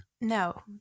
No